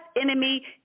enemy